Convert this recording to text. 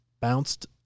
bounced